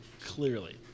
clearly